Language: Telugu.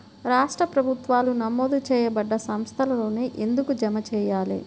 రాష్ట్ర ప్రభుత్వాలు నమోదు చేయబడ్డ సంస్థలలోనే ఎందుకు జమ చెయ్యాలి?